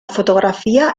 fotografía